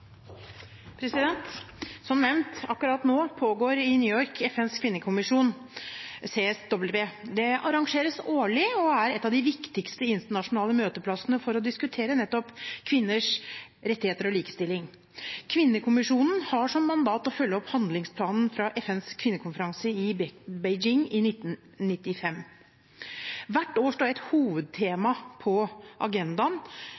Som nevnt: Akkurat nå møtes i New York FNs kvinnekommisjon, CSW. Det arrangeres årlig og er en av de viktigste internasjonale møteplassene for å diskutere nettopp kvinnes rettigheter og likestilling. Kvinnekommisjonen har som mandat å følge opp handlingsplanen fra FNs kvinnekonferanse i Beijing i 1995. Hvert år står et hovedtema på agendaen